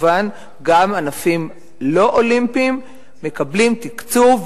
כמובן גם ענפים לא-אולימפיים מקבלים תקצוב,